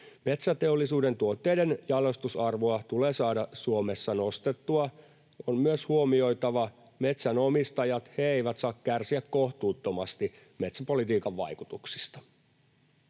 Metsäteollisuuden tuotteiden jalostusarvoa tulee saada Suomessa nostettua. On myös huomioitava metsänomistajat, he eivät saa kärsiä kohtuuttomasti metsäpolitiikan vaikutuksista.